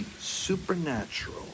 supernatural